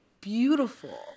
beautiful